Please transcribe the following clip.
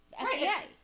Right